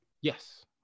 Yes